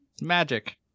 magic